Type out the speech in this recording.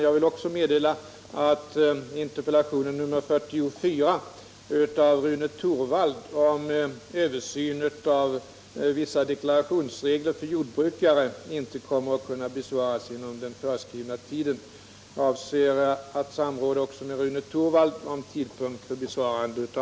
Jag vill också meddela att interpellationen 1977/78:44 av Rune Torwald om översyn av vissa deklarationsregler för jordbrukare inte kommer att kunna besvaras inom den föreskrivna tiden. Jag avser att också samråda